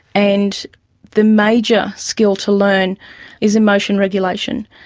and the major skill to learn is emotion regulation,